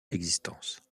existence